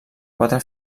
quatre